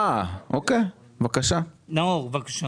נאור, בבקשה.